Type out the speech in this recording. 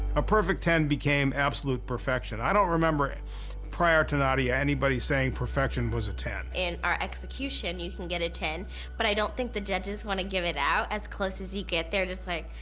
a perfect ten became absolute perfection. i don't remember prior to nadia anybody saying perfection was a ten. in our execution you can get a ten but i don't think the judges want to give it out. as close as you get, they're just like,